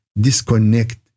disconnect